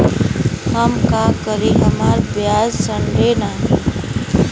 हम का करी हमार प्याज सड़ें नाही?